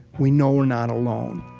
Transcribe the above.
we know we're not alone.